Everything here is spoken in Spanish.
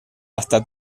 hasta